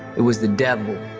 it was the devil.